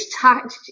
touch